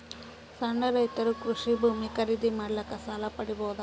ಸಣ್ಣ ರೈತರು ಕೃಷಿ ಭೂಮಿ ಖರೀದಿ ಮಾಡ್ಲಿಕ್ಕ ಸಾಲ ಪಡಿಬೋದ?